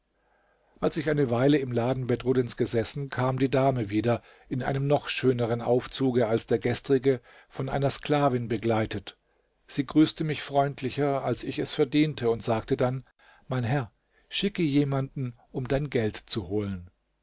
als ich eine weile im laden bedruddins gesessen kam die dame wieder in einem noch schöneren aufzuge als der gestrige von einer sklavin begleitet sie grüßte mich freundlicher als ich es verdiente und sagte dann mein herr schicke jemanden um dein geld zu holen